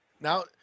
now